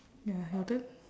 ya your turn